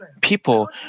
People